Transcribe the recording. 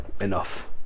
enough